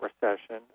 recession